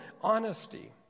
honesty